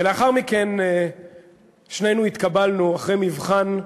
לאחר מכן שנינו התקבלנו אחרי מבחן,